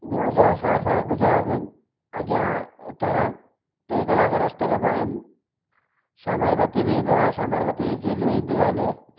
ॿियो सा सा गुजरात में अॻियां तरन टे कलाक रस्ते खां पोइ अहम साबरमती बि ईंदो आहे साबरमती जी झीलूं ईंदियूं आहिनि